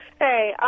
Hey